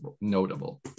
notable